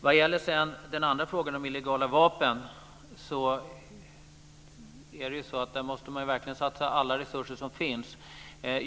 När det gäller den andra frågan om illegala vapen är det ju så att där måste vi verkligen satsa alla resurser som finns. Det